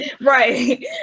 Right